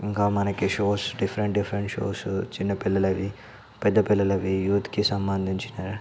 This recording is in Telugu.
ఇంకా మనకి షోస్ డిఫరెంట్ డిఫరెంట్ షోస్ చిన్న పిల్లలవి పెద్ద పిల్లలవి యూత్కి సంబంధించిన